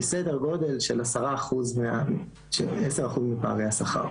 שהיא סדר גודל של 10% מפערי השכר.